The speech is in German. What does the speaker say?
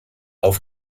auf